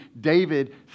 David